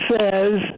says